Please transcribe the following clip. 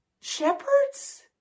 Shepherds